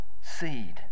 seed